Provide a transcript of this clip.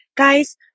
guys